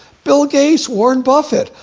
bill gates, warren buffett.